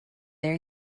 their